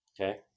Okay